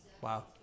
Wow